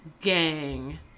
gang